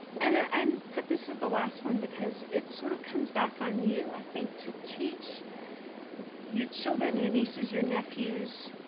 and i um put this as the last one because it sort of comes back on you. i think to teach your children, your nieces, your nephews,